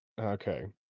Okay